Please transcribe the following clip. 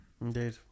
Indeed